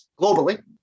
globally